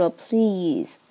please”，